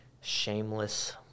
shameless